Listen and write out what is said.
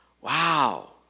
Wow